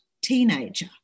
teenager